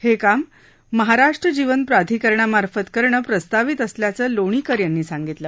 हे काम महाराष्ट्र जीवन प्राधिकरणामार्फत करणं प्रस्तावित असल्याचं लोणीकर यांनी सांगितलं